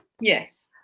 Yes